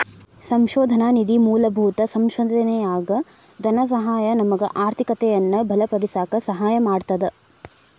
ಸಂಶೋಧನಾ ನಿಧಿ ಮೂಲಭೂತ ಸಂಶೋಧನೆಯಾಗ ಧನಸಹಾಯ ನಮಗ ಆರ್ಥಿಕತೆಯನ್ನ ಬಲಪಡಿಸಕ ಸಹಾಯ ಮಾಡ್ತದ